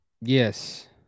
Yes